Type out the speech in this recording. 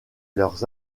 leurs